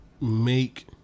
make